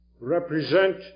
represent